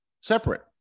separate